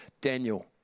Daniel